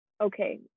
okay